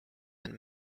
and